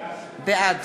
בעד